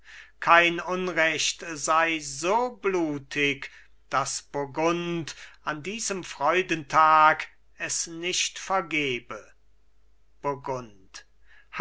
kein unrecht sei so blutig daß burgund an diesem freudentag es nicht vergebe burgund